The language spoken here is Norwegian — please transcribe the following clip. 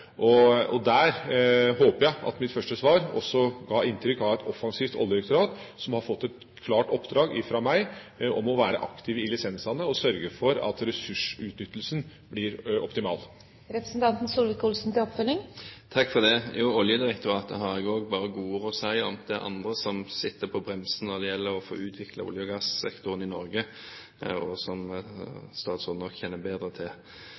Der håper jeg at mitt første svar også ga inntrykk av et offensivt oljedirektorat, som har fått et klart oppdrag fra meg om å være aktive i lisensene og sørge for at ressursutnyttelsen blir optimal. Oljedirektoratet har også jeg bare gode ord å si om. Det er andre som sitter på bremsen når det gjelder å utvikle olje- og gassektoren i Norge, og som statsråden nok kjenner bedre til.